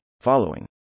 following